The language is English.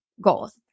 goals